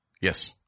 Yes